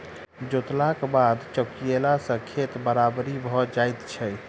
जोतलाक बाद चौकियेला सॅ खेत बराबरि भ जाइत छै